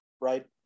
right